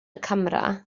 camera